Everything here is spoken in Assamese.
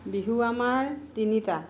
বিহু আমাৰ তিনিটা